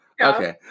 Okay